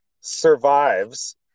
survives